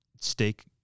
steak